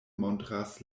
montras